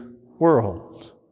world